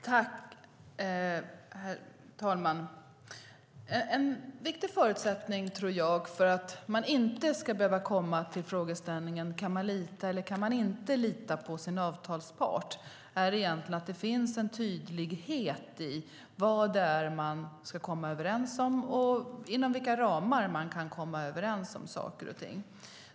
Herr talman! En viktig förutsättning för att man inte ska behöva komma till frågeställningen om huruvida man kan lita eller inte lita på sin avtalspart är att det finns en tydlighet i vad det är man ska komma överens om och inom vilka ramar man kan komma överens om saker och ting.